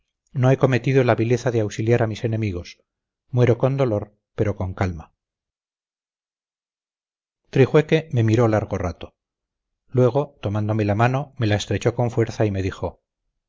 no he cometido la vileza de auxiliar a mis enemigos muero con dolor pero con calma trijueque me miró largo rato luego tomándome la mano me la estrechó con fuerza y me dijo